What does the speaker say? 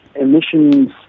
emissions